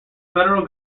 federal